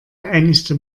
einigte